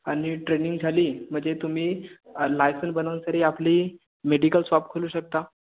आणि ट्रेनिंग झाली म्हणजे तुम्ही लायसन बनवून सनी आपली मेडिकल सॉप खोलू शकता